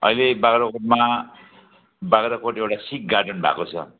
अहिले बाख्राकोटमा बाख्राकोट एउटा सिक गार्डन भएको छ